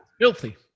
Filthy